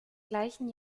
gleichen